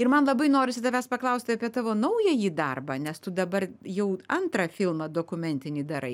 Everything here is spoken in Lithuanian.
ir man labai norisi tavęs paklausti apie tavo naująjį darbą nes tu dabar jau antrą filmą dokumentinį darai